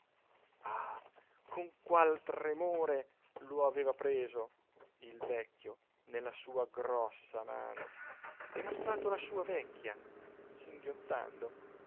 con qual tremore lo aveva preso il vecchio nella sua grossa mano e mostrato alla sua vecchia singhiozzando